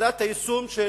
ועדת היישום של